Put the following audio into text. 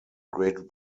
great